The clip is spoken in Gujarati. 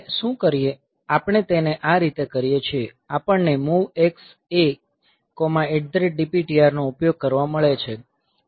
આપણે તેને આ રીતે કરીએ છીએ આપણને MOVX ADPTR નો ઉપયોગ કરવા મળે છે